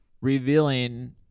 revealing